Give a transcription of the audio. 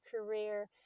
career